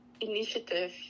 initiative